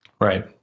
right